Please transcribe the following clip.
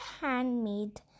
handmade